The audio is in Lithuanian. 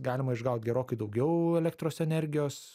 galima išgaut gerokai daugiau elektros energijos